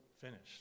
finished